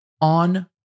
on